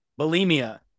bulimia